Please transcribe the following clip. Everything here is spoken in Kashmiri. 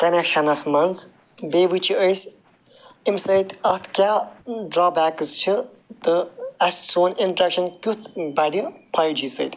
کنٮ۪کشنس مَنٛز بیٚیہِ وُچھِ أسۍ اَمہِ سۭتۍ اَتھ کیٛاہ ڈرا بیٚکس چھِ تہٕ اَسہِ سون اِنٹریٚکشَن کٮُ۪تھ بَڈِ فایِو جی سۭتۍ